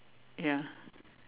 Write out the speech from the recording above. ya